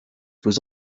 was